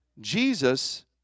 Jesus